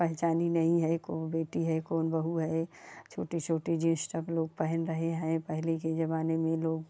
पहचान ही नहीं है कि कौन बेटी है कौन बहू है छोटे छोटे जींस टॉप पहन रहें हैं पहले के ज़माने में लोग